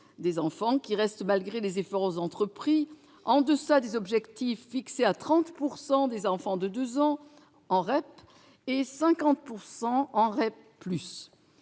des enfants, qui reste, malgré les efforts entrepris, en deçà des objectifs fixés à 30 % des enfants de deux ans en REP et 50 % en REP+.